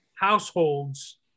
households